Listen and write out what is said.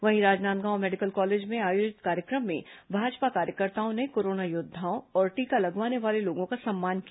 वहीं Rajnandgaon medical college में आयोजित कार्यक्रम में भाजपा कार्यकर्ताओं ने कोरोना योद्वाओं और टीका लगवाने वाले लोगों का सम्मान किया